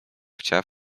chciała